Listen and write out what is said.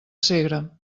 segre